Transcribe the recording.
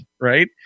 right